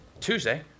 Tuesday